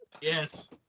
yes